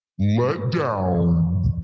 letdown